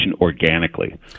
organically